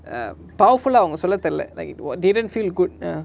err powerful lah அவங்க சொல்ல தெரில:avanga solla therila like it [what] didn't feel good ah